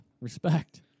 Respect